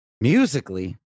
Musically